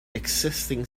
existing